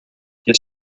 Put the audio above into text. sia